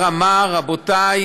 או תושבות במינימום?